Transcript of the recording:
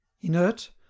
inert